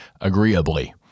agreeably